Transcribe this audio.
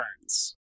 Burns